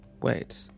wait